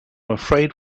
afraid